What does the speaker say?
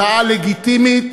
מחאה לגיטימית,